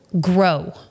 grow